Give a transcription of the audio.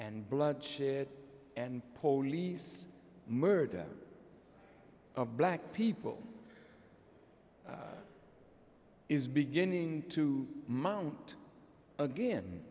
and bloodshed and polies murder of black people is beginning to mount again